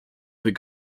fait